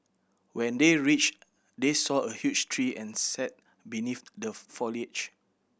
when they reached they saw a huge tree and sat beneath the foliage